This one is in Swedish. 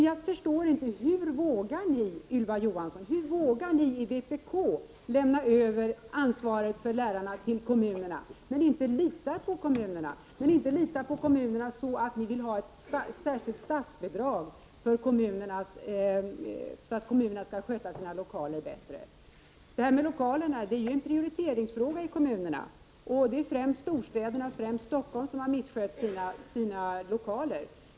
Jag förstår inte hur ni i vpk, Ylva Johansson, vågar lämna över ansvaret för lärarna till kommunerna, när ni inte litar på kommunerna utan vill ha ett särskilt statsbidrag för att kommunerna skall kunna sköta sina lokaler bättre. Lokalfrågan är en prioriteringsfråga i kommunerna. Det är främst storstäderna och då framför allt Stockholm som misskött sina lokaler.